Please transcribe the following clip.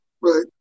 Right